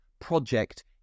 project